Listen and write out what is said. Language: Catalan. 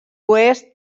oest